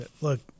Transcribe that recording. look